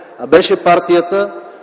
а беше партията,